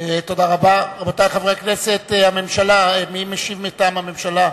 רבותי חברי הכנסת, הממשלה, מי משיב מטעם הממשלה?